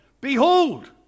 Behold